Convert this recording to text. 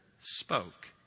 spoke